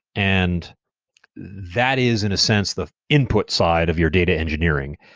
and that is in a sense the input side of your data engineering.